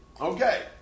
Okay